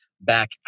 back